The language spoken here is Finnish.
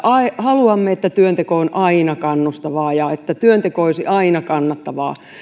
haluamme että työnteko on aina kannustavaa ja että työnteko olisi aina kannattavaa